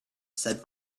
said